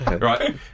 right